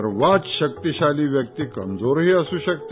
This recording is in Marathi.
सर्वात शक्तीशाली व्यक्ती कमजोरही असू शकते